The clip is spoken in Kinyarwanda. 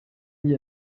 njye